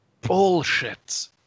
bullshit